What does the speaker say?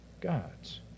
God's